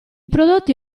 prodotti